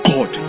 God